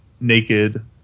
naked